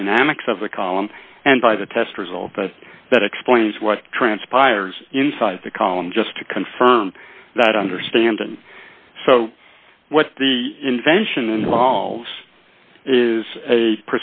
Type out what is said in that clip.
dynamics of the column and by the test result that explains what transpires inside the column just to confirm that i understand and so what the invention involves is a